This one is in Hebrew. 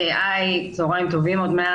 אם הייתם אומרים לי אסור מול אזרחים פרטיים ובג"ץ בא